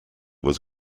was